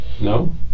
No